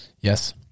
Yes